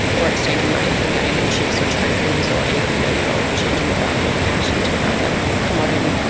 or exchanging money for gaming chips or tokens or anything where you are changing the value of cash into another commodity.